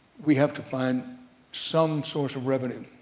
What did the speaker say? we have to find some source of revenue.